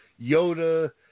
Yoda